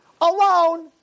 alone